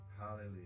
Hallelujah